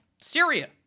Syria